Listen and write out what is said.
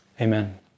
Amen